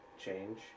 change